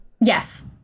Yes